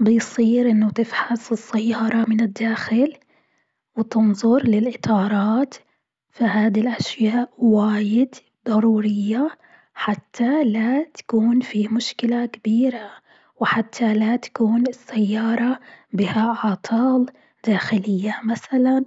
بيصير إنه تفحص السيارة من الداخل وتنظر للإطارات، فهذه الاشياء واجد ضرورية حتى لا تكون في مشكلة كبيرة وحتى لا تكون السيارة بها أعطال داخلية مثلا